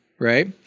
right